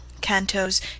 Cantos